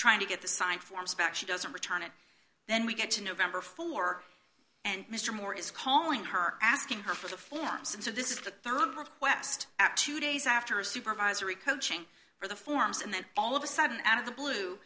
trying to get the sign forms back she doesn't return it then we get to november for mr moore is calling her asking her for the forms and so this is the rd request at two days after supervisory coaching for the forms and then all of a sudden out of the blue